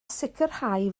sicrhau